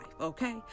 okay